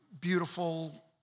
beautiful